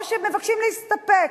או שמבקשים להסתפק.